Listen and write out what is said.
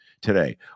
today